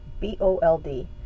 B-O-L-D